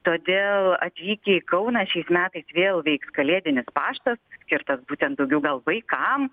todėl atvykę į kauną šiais metais vėl veiks kalėdinis paštas skirtas būtent daugiau gal vaikam